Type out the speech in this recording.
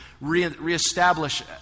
reestablish